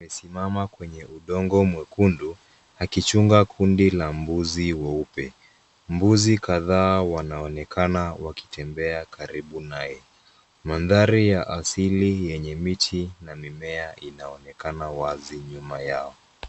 Amesimama kwenye udongo mwekundu, akichunga kundi la mbuzi weupe. Mbuzi kadhaa wanaonekana wakitembea karibu naye. Mandhari ya asili yenye miti na mimea inaonekana wazi nyuma yao.